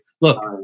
look